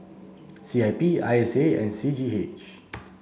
C I P I S A and C G H